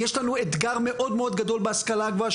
יש לנו פה אתגר מאוד מאוד גדול בהשכלה הגבוהה,